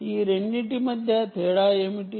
ఈ రెండింటి మధ్య తేడా ఏమిటి